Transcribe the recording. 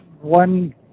one